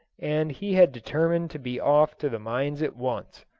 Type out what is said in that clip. and he had determined to be off to the mines at once.